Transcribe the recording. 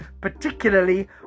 particularly